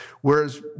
whereas